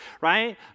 right